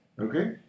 Okay